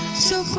so,